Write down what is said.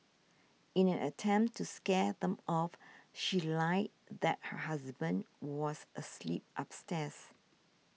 in an attempt to scare them off she lied that her husband was asleep upstairs